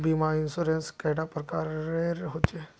बीमा इंश्योरेंस कैडा प्रकारेर रेर होचे